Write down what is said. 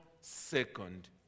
second